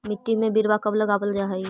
मिट्टी में बिरवा कब लगावल जा हई?